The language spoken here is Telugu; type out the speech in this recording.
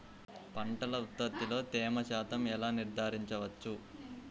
పంటల ఉత్పత్తిలో తేమ శాతంను ఎలా నిర్ధారించవచ్చు?